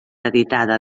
editada